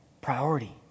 priority